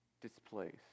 displaced